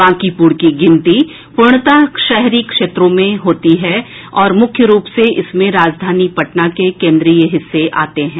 बांकीपुर की गिनती पूर्णतः शहरी क्षेत्र में होती है और मुख्य रुप से राजधानी पटना के केंद्रीय हिस्से आते हैं